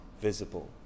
visible